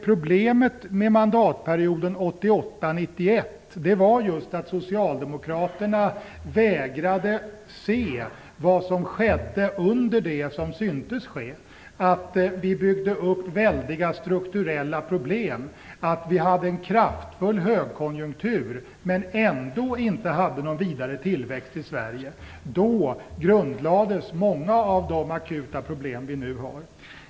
Problemet med mandatperioden 1988-1991 var just att socialdemokraterna vägrade se vad som skedde under det som syntes ske, att vi byggde upp väldiga strukturella problem, att vi hade en kraftfull högkonjunktur, men ändå inte hade någon vidare tillväxt i Sverige. Då grundlades många av de akuta problem vi nu har.